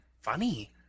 funny